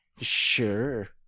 Sure